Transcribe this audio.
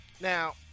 Now